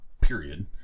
period